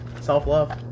self-love